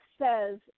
says